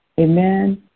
Amen